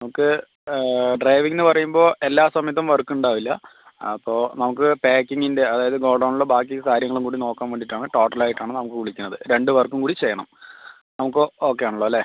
നമുക്ക് ഡ്രൈവിംഗ് എന്ന് പറയുമ്പോൾ എല്ലാ സമയത്തും വർക്ക് ഉണ്ടാവില്ല ആ അപ്പോൾ നമുക്ക് പാക്കിംഗിൻ്റെ അതായത് ഗോഡൗണിലെ ബാക്കി കാര്യങ്ങളും കൂടി നോക്കാൻ വേണ്ടിയിട്ട് ആണ് ടോട്ടൽ ആയിട്ട് ആണ് നമുക്ക് വിളിക്കുന്നത് രണ്ട് വർക്കും കൂടി ചെയ്യണം നമുക്ക് ഓക്കെ ആണല്ലൊ അല്ലെ